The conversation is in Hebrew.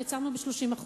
נעצרנו ב-30%.